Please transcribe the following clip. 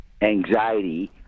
anxiety